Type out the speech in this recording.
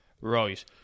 right